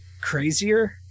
crazier